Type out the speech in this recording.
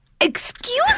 Excuse